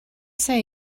say